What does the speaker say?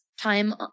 time